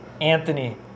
Anthony